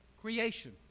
creation